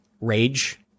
rage